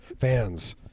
Fans